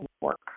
work